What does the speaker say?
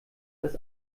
dass